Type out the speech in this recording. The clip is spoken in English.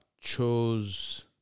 chose